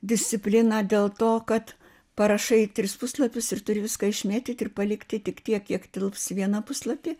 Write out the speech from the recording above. disciplina dėl to kad parašai tris puslapius ir turi viską išmėtyti ir palikti tik tiek kiek tilps į vieną puslapį